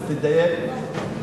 אז תדייק,